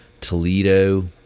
Toledo